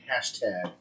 hashtag